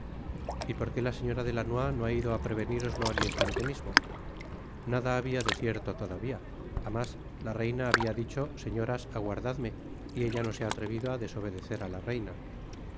y porque la señora de lannoy no ha ido á preveniroslo al instante mismo nada habia de cierto todavia á mas la reina habia dicho señoras aguardadme y ella no se ha atrevido á desobedecer á la reina